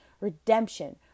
redemption